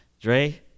Dre